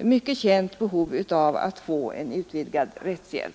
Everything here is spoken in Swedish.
mycket stort behov av att få en utvidgad rättshjälp.